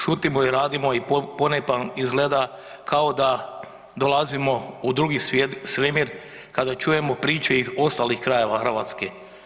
Šutimo i radimo i ponekad izgleda kao da dolazimo u drugi svemir kada čujemo priče iz ostalih krajeva Hrvatske.